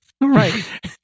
right